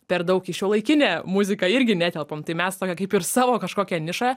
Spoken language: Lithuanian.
per daug į šiuolaikinę muziką irgi netelpam tai mes tokią kaip ir savo kažkokią nišą